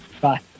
Bye